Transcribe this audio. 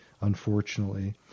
unfortunately